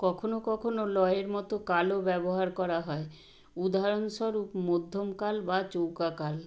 কখনো কখনো লয়ের মতো কালও ব্যবহার করা হয় উদাহরণস্বরূপ মধ্যম কাল বা চৌকা কাল